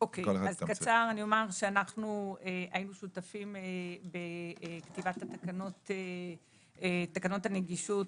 אומר שאנחנו היינו שותפים בכתיבת תקנות הנגישות,